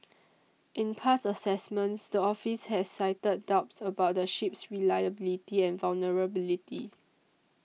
in past assessments the office has cited doubts about the ship's reliability and vulnerability